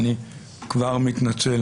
אני מתנצל,